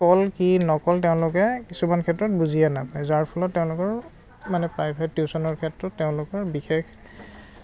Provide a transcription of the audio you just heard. কল কি নকয় তেওঁলোকে কিছুমান ক্ষেত্ৰত বুজিয়ে নাপায় যাৰ ফলত তেওঁলোকৰ মানে প্ৰাইভেট টিউচনৰ ক্ষেত্ৰত তেওঁলোকৰ বিশেষ